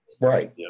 Right